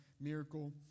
miracle